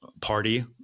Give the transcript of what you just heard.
party